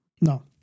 No